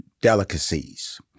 delicacies